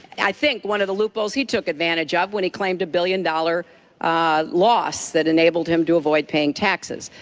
i think, one of the loopholes he took advantage of when he claimed a billion dollar loss that enabled him to avoid paying taxes.